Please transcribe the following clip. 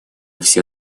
все